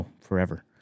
forever